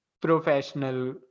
professional